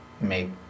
make